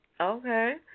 Okay